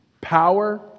power